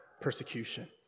persecution